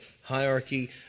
hierarchy